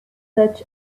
such